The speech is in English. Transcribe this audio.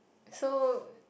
so